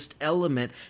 element